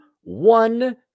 one